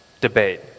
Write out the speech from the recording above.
debate